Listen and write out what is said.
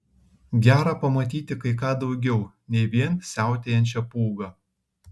gera pamatyti kai ką daugiau ne vien siautėjančią pūgą